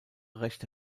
rechte